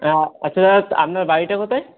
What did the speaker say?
আ আচ্ছা দাদা আপনার বাড়িটা কোথায়